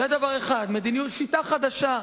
זה דבר אחד, שיטה חדשה,